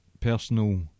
personal